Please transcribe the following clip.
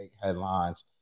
headlines